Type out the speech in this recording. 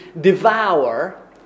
devour